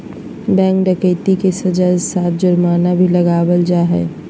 bank डकैती मे सज़ा के साथ जुर्माना भी लगावल जा हय